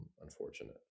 unfortunate